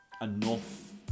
enough